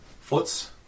Foots